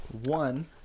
One